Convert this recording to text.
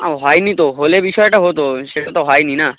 ও হয় নি তো হলে বিষয়টা হতো সেটা তো হয় নি না